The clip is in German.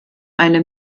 eine